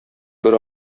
бер